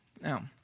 Now